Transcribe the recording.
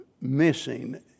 missing